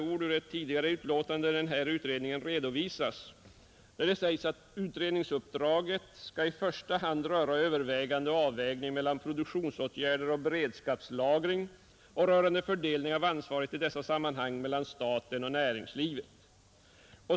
I ett tidigare betänkande redovisas denna utredning på följande sätt: Utredningsuppdraget skall i första hand gälla avvägningen mellan produktionsåtgärder och beredskapslagring och fördelningen av ansvaret i dessa sammanhang mellan staten och näringslivet.